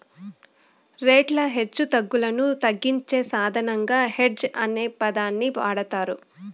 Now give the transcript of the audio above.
రేట్ల హెచ్చుతగ్గులను తగ్గించే సాధనంగా హెడ్జ్ అనే పదాన్ని వాడతారు